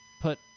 put